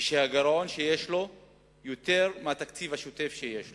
כשהגירעון שיש לו הוא יותר מהתקציב השוטף שיש לו?